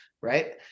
right